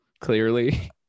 clearly